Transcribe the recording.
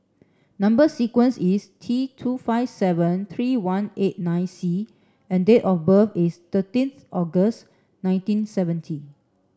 number sequence is T two five seven three one eight nine C and date of birth is thirteenth August nineteen seventy